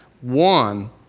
one